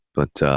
but ah,